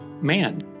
man